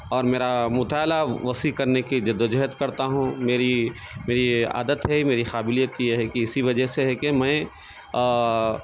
اور میرا مطالعہ وسیع کرنے کی جد وجہد کرتا ہوں میری میری عادت ہے میری قابلیت یہ ہے کہ اسی وجہ سے ہے کہ میں